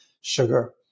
sugar